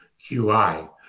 QI